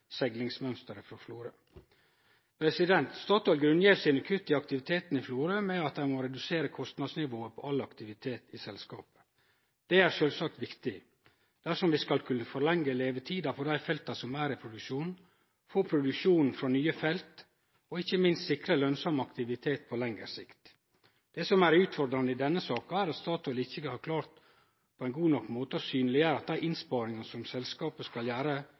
seglingsmønsteret frå Florø. Statoil grunngjev sine kutt i aktiviteten i Florø med at ein må redusere kostnadsnivået på all aktivitet i selskapet. Det er sjølvsagt viktig dersom vi skal kunne forlenge levetida på dei felta som er i produksjon, få produksjon frå nye felt og ikkje minst sikre lønsam aktivitet på lengre sikt. Det som er utfordrande i denne saka, er at Statoil ikkje på ein god nok måte har klart å synleggjere at dei innsparingane som selskapet skal gjere